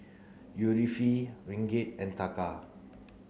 Ringgit and Taka